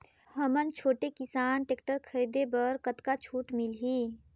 हमन छोटे किसान टेक्टर खरीदे बर कतका छूट मिलही?